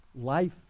life